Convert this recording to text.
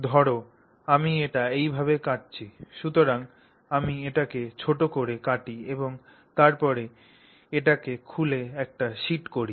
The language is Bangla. ধর আমি এটি এইভাবে কাটছি সুতরাং আমি এটিকে ছোট করে কাটি এবং তারপরে এটিকে খুলে একটি শীট করি